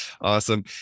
Awesome